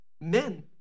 men